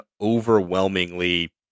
overwhelmingly